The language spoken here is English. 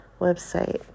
website